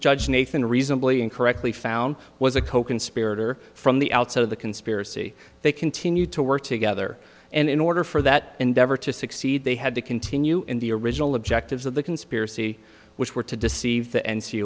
judge nathan reasonably and correctly found was a coconspirator from the outset of the conspiracy they continued to work together and in order for that endeavor to succeed they had to continue in the original objectives of the conspiracy which were to deceive the